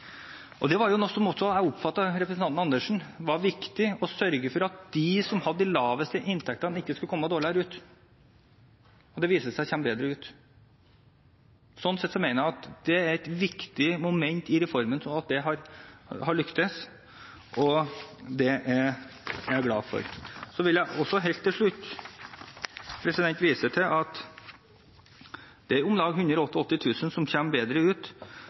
Det var noe som jeg oppfattet var viktig for representanten Andersen: å sørge for at de som hadde de laveste inntektene, ikke skulle komme dårligere ut. Det viser seg at de kommer bedre ut. Det mener jeg er et viktig moment i reformen. Det har lyktes, og det er jeg glad for. Så vil jeg helt til slutt vise til at det er om lag 188 000 som kommer bedre ut,